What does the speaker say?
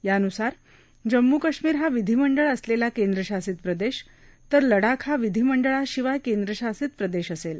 यानुसार जम्मू कश्मीर हा विधीमंडळ असलेला केंद्रशासित प्रदेश तर लडाख हा विधीमंडळशिवाय केंद्रशासित प्रदेश असेल